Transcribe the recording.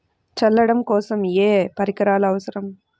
చల్లడం కోసం ఏ పరికరాలు అవసరం?